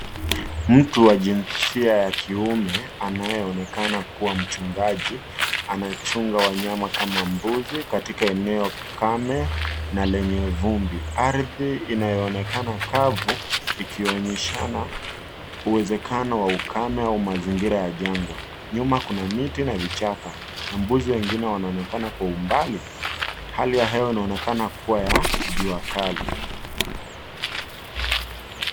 Mtu wa jinsia ya kiume anayeonekana kuwa mchungaji anachunga wanyama kama mbuzi katika eneo kame na lenye vumbi. Ardhi inayoonekana kavu ikionyeshana uwezekano wa ukame au mazingira ya jangwa. Nyuma kuna miti na vichaka na mbuzi wengine wanaonekana kwa umbali. Hali ya hewa inaonekana kuwa ya jua kali.